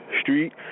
Street